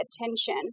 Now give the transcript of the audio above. attention